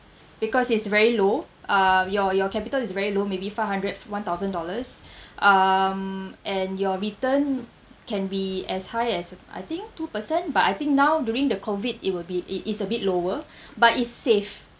because it's very low uh your your capital is very low maybe five hundred one thousand dollars um and your return can be as high as I think two percent but I think now during the COVID it will be i~ it's a bit lower but is safe